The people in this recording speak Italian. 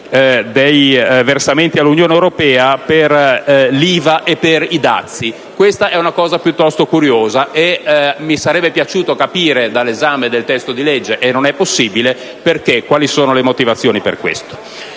dei versamenti all'Unione europea per l'IVA e per i dazi. Questa è una cosa piuttosto curiosa e mi sarebbe piaciuto capire, dall'esame del testo di legge (e non è possibile), quali sono le motivazioni per questo.